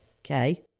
Okay